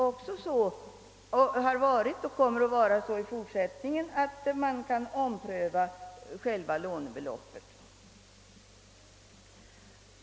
Det har varit så och kommer att vara så i fortsättningen, att lånebeloppet kan omprövas, om föräldrarnas eller makens ekonomi förändras.